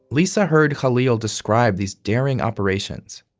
lisa heard khalil describe these daring operations.